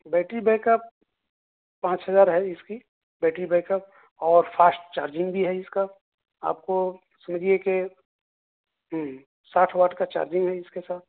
battery backup پانچ ہزار ہے اس کی بیٹری بیک اپ اور فاسٹ چارجنگ بھی ہے اس کا آپ کو سمجھئے کہ ساٹھ واٹ کا چارجنگ بھی ہے اس کے ساتھ